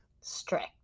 strict